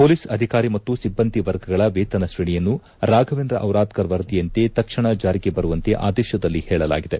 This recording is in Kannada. ಪೊಲೀಸ್ ಅಧಿಕಾರಿ ಮತ್ತು ಸಿಬ್ಬಂದಿ ವರ್ಗಗಳ ವೇತನ ಶ್ರೇಣಿಯನ್ನು ರಾಘವೇಂದ್ರ ದಿರಾದ್ಧರ್ ವರದಿಯಂತೆ ತಕ್ಷಣ ಜಾರಿಗೆ ಬರುವಂತೆ ಆದೇಶದಲ್ಲಿ ಹೇಳಲಾಗಿದೆ